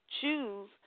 choose